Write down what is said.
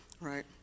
right